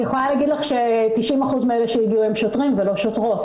אני יכולה להגיד לך ש-90% מאלה שהגיעו הם שוטרים ולא שוטרות.